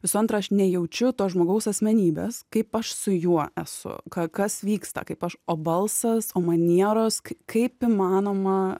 visų antra aš nejaučiu to žmogaus asmenybės kaip aš su juo esu kas vyksta kaip aš o balsas o manieros kaip įmanoma